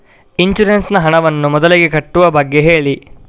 insurance ನ ಹಣವನ್ನು ಮೊದಲಿಗೆ ಕಟ್ಟುವ ಬಗ್ಗೆ ಹೇಳಿ